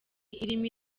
irimo